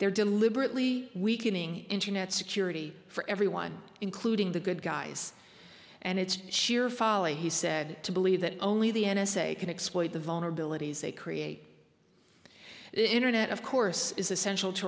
they're deliberately weakening internet security for everyone including the good guys and it's sheer folly he said to believe that only the n s a can exploit the vulnerabilities they create internet of course is essential to